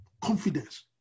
Confidence